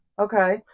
Okay